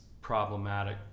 problematic